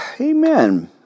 Amen